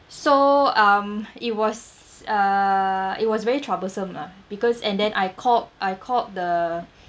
so um it was uh it was very troublesome lah because and then I called I called the